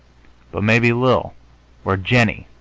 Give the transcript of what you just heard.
but maybe lil or jennie.